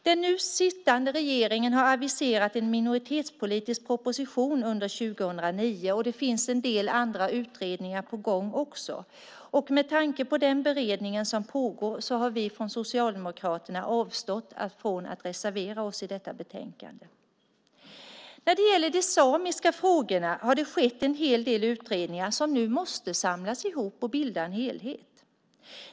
Den nu sittande regeringen har aviserat en minoritetspolitisk proposition under 2009. Det finns också en del andra utredningar som är på gång. Med tanke på den beredning som pågår har vi socialdemokrater avstått från att reservera oss i det här betänkandet. När det gäller de samiska frågorna har det skett en hel del utredningar som nu måste samlas ihop och bilda en helhet.